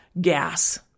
gas